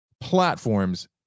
platforms